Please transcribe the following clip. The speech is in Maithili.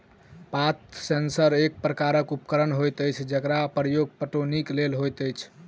पात सेंसर एक प्रकारक उपकरण होइत अछि जकर प्रयोग पटौनीक लेल होइत अछि